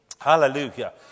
Hallelujah